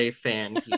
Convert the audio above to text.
fan